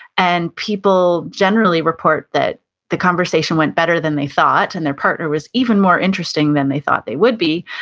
and people generally report that the conversation went better than they thought and their partner was even more interesting than they thought they would be,